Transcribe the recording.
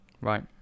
Right